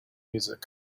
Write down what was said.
music